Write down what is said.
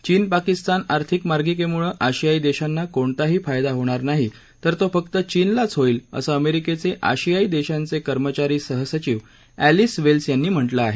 चीन पाकिस्तान आर्थिक मार्गिकेमुळे आशियाई देशांना कोणताही फायदा होणार नाही तर तो फक्त चीनलाच होईल असं अमेरिकेचे आशियाई देशांचे कर्नचारी सहसचिव एलिस वेल्स यांनी म्हटलं आहे